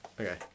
Okay